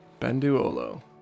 Benduolo